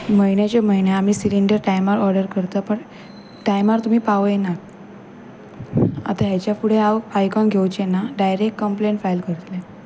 म्हयन्याच्या म्हयन्या आमी सिलींडर टायमार ऑर्डर करता पण टायमार तुमी पावयनात आतां हेच्या फुडें हांव आयकून घेवचें ना डायरेक्ट कंम्प्लेन फायल करतलें